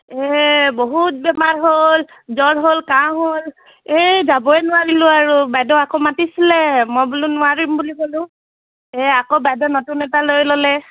এই বহুত বেমাৰ হ'ল জ্বৰ হ'ল কাঁহ হ'ল এই যাবই নোৱাৰিলোঁ আৰু বাইদেউ আকৌ মাতিছিলে মই বোলো নোৱাৰিম বুলি ক'লো এই আকৌ বাইদেৱে নতুন এটা লৈ ল'লে